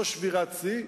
לא שבירת שיא,